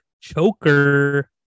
choker